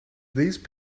these